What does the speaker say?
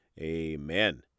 amen